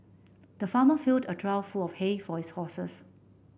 the farmer filled a trough full of hay for his horses